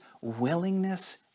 willingness